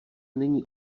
není